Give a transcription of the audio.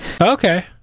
Okay